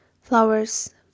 Flowers